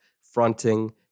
fronting